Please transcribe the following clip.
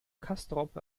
castrop